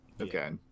Okay